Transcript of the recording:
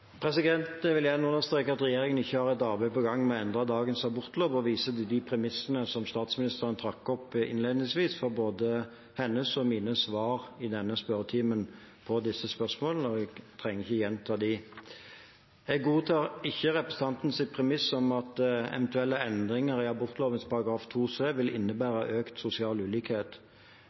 vil gjerne understreke at regjeringen ikke har et arbeid på gang med å endre dagens abortlov, og viser til de premissene som statsministeren trakk opp innledningsvis for både sine og mine svar i denne spørretimen på disse spørsmålene. Jeg trenger ikke å gjenta dem. Jeg godtar ikke representantens premiss om at eventuelle endringer i abortloven § 2c vil innebære økt sosial ulikhet.